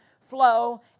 flow